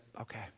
okay